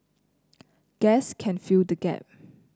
gas can fill the gap